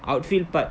outfield part